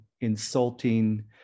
insulting